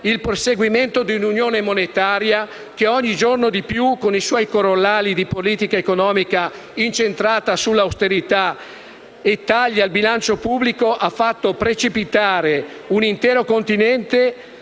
il perseguimento di un'unione monetaria che, ogni giorno di più con i suoi corollari di politica economica incentrata sull'austerità e sui tagli al bilancio pubblico, ha fatto precipitare un intero Continente